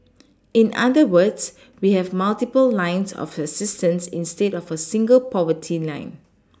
in other words we have multiple lines of assistance instead of a single poverty line